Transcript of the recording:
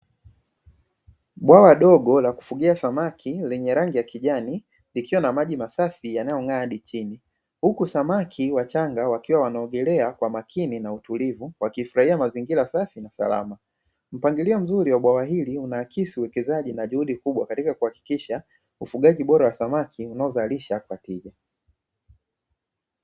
Bwawa dogo la kufugia samaki lenye rangi ya kijani likiwa na maji masafi yanayong'aa hadi chini, huku samaki wachanga wakiwa wanaogelea kwa makini na utulivu na kufurahia mazingira safi na salama. Mpangilio mzuri wa bwawa hili unahakisi uwekezaji na juhudi kubwa katika kuhakikisha ufugaji bora wa samaki unaozalisha kwa tija.